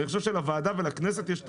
אני חושב שלוועדה ולכנסת יש תפקיד,